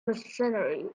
mercenary